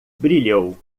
brilhou